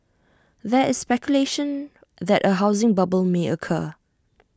there is speculation that A housing bubble may occur